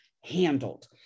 handled